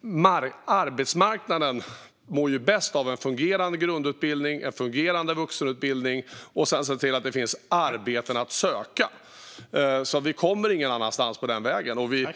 men arbetsmarknaden mår bäst av fungerande grundutbildning och vuxenutbildning och att det finns arbeten att söka. Vi kommer ingen annanstans på den vägen.